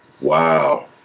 Wow